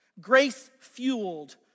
grace-fueled